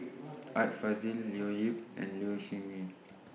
Art Fazil Leo Yip and Low Siew Nghee